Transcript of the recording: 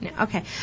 Okay